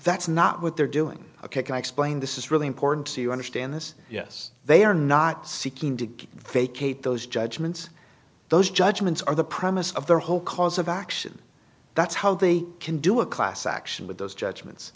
that's not what they're doing ok can i explain this is really important to understand this yes they are not seeking to vacate those judgments those judgments are the premise of the whole cause of action that's how they can do a class action with those judgments